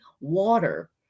water